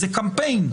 זה קמפיין.